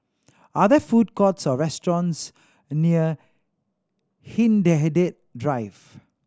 are there food courts or restaurants near Hindhede Drive